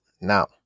now